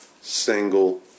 single